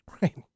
Right